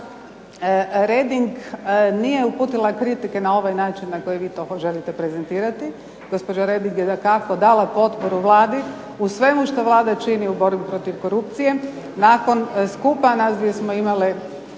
Reding nije uputila kritike na ovaj način na koji vi to želite prezentirati, gospođa Reding je dakako dala potporu Vladi u svemu što Vlada čini u borbi protiv korupcije, nakon skupa nas dvije smo imale